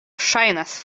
ŝajnas